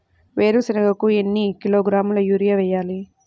వేరుశనగకు ఎన్ని కిలోగ్రాముల యూరియా వేయాలి?